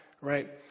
right